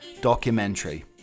documentary